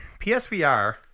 PSVR